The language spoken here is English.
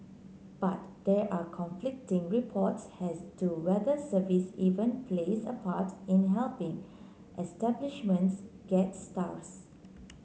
but there are conflicting reports as to whether service even plays a part in helping establishments get stars